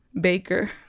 baker